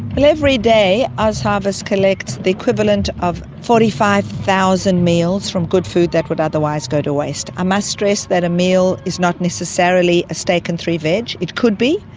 and every day ozharvest collects the equivalent of forty five thousand meals from good food that would otherwise go to waste. i must stress that a meal is not necessarily a steak and three veg, it could be,